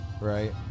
Right